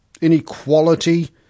inequality